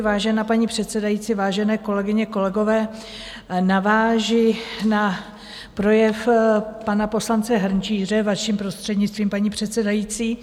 Vážená paní předsedající, vážené kolegyně a kolegové, navážu na projev pana poslance Hrnčíře, vaším prostřednictvím, paní předsedající.